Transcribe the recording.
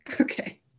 okay